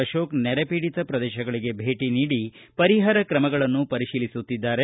ಅಶೋಕ ನೆರೆ ಪೀಡಿತ ಪ್ರದೇಶಗಳಗೆ ಭೇಟ ನೀಡಿ ಪರಿಹಾರ ಕ್ರಮಗಳನ್ನು ಪರಿಶೀಲಿಸುತ್ತಿದ್ದಾರೆ